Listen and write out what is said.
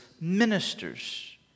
ministers